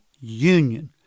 union